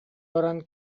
баран